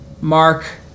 Mark